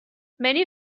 many